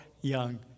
young